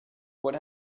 what